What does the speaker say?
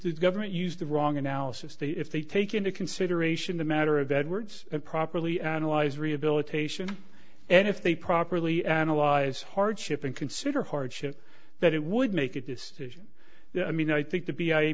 used government used the wrong analysis that if they take into consideration the matter of edwards and properly analyze rehabilitation and if they properly analyze hardship and consider hardship that it would make a decision i mean i think to be a